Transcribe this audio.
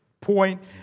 point